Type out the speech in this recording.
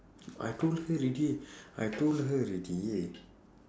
I told her already I told her already